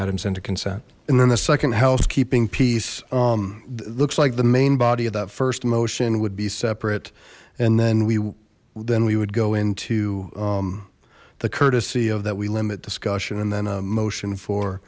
atoms into consent and then the second housekeeping piece looks like the main body of that first motion would be separate and then we then we would go into the courtesy of that we limit discussion and then a motion for